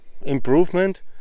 improvement